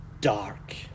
dark